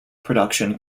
production